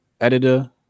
editor